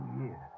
years